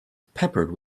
peppered